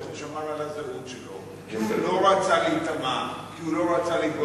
איך הוא שמר על הזהות שלו: הוא לא רצה להיטמע כי הוא לא רוצה להתבולל.